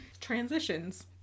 transitions